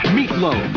Meatloaf